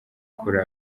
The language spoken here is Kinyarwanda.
kuri